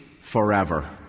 forever